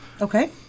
okay